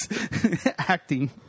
acting